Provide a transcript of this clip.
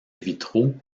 vitraux